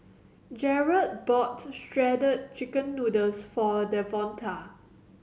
Jarett bought Shredded Chicken Noodles for Devonta